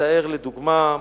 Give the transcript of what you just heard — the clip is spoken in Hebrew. מתאר, לדוגמה,